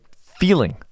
feeling